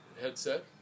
headset